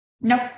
Nope